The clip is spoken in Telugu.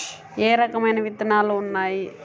ఏ రకమైన విత్తనాలు ఉన్నాయి?